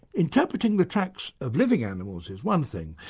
interpreting the tracks of living animals is one thing.